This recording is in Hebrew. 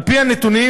על פי הנתונים,